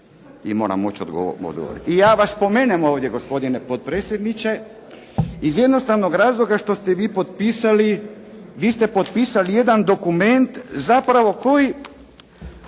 I mora moći odgovoriti. I ja vas spomenem ovdje gospodine potpredsjedniče, iz jednostavnog razloga što ste vi potpisali jedan dokument zapravo koji,